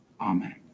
Amen